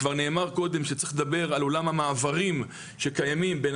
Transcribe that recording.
כבר נאמר קודם שצריך לדבר על עולם המעברים שקיימים בין